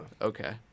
Okay